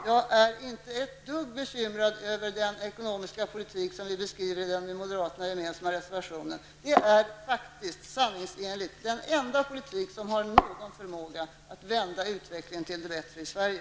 Jag är inte ett dugg bekymrad över den ekonomiska politik som vi beskriver i den med moderaterna gemensamma reservationen. Det är faktiskt sanningsenligt den enda politik som har någon förmåga att vända utvecklingen till det bättre i Sverige.